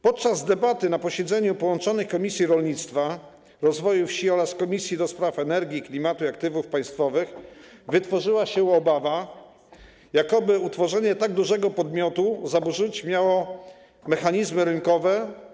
Podczas debaty na posiedzeniu połączonych Komisji Rolnictwa i Rozwoju Wsi oraz Komisji do Spraw Energii, Klimatu i Aktywów Państwowych wytworzyła się obawa, jakoby utworzenie tak dużego podmiotu zaburzyć miało mechanizmy rynkowe.